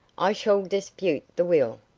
i shall dispute the will.